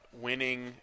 Winning